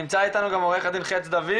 נמצא איתנו גם עוה"ד חץ-דוד?